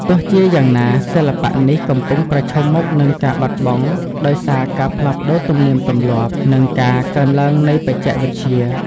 ទោះជាយ៉ាងណា សិល្បៈនេះកំពុងប្រឈមមុខនឹងការបាត់បង់ដោយសារការផ្លាស់ប្តូរទំនៀមទម្លាប់ និងការកើនឡើងនៃបច្ចេកវិទ្យា។